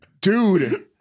dude